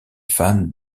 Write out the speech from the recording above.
fans